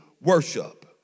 worship